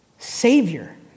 Savior